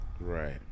Right